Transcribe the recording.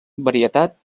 varietat